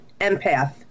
empath